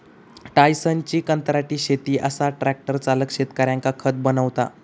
टायसनची कंत्राटी शेती असा ट्रॅक्टर चालक शेतकऱ्यांका खत बनवता